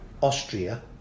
Austria